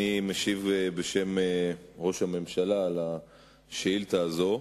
אני משיב בשם ראש הממשלה על השאילתא הזאת.